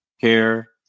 care